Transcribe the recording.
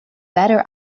better